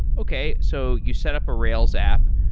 okay. so you set up a rails app,